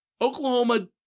Oklahoma